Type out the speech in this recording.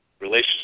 Relationship